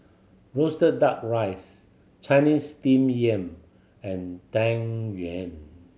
roasted Duck Rice Chinese Steamed Yam and Tang Yuen